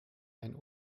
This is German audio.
ein